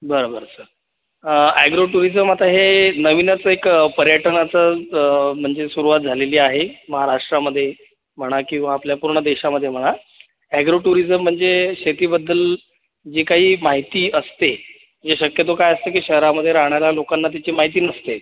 बरं बरं sir agro tourism आता हे नवीनच एक पर्यटनाचं म्हणजे सुरुवात झालेली आहे महाराष्ट्रामध्ये म्हणा किंवा आपल्या पूर्ण देशामध्ये म्हणा अॅग्रो टुरिजम म्हणजे शेतीबद्दल जे काही माहिती असते जे शक्यतो काय असते की शहरामध्ये राहणाऱ्या लोकांना तिची माहिती नसते